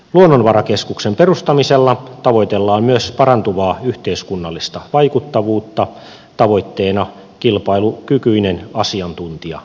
luonnonvarakeskuksen perustamisella tavoitellaan myös parantuvaa yhteiskunnallista vaikuttavuutta tavoitteena kilpailukykyinen asiantuntijaorganisaatio